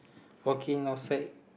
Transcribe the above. walking outside